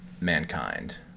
mankind